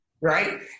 right